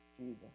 Jesus